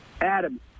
Adam